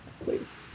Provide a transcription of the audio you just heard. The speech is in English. Please